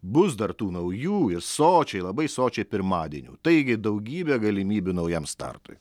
bus dar tų naujų ir sočiai labai sočiai pirmadienių taigi daugybė galimybių naujam startui